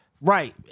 Right